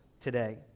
today